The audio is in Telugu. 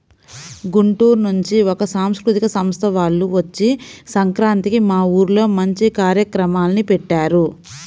గుంటూరు నుంచి ఒక సాంస్కృతిక సంస్థ వాల్లు వచ్చి సంక్రాంతికి మా ఊర్లో మంచి కార్యక్రమాల్ని పెట్టారు